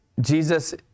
Jesus